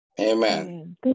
Amen